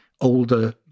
older